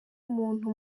muntu